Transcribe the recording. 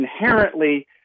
inherently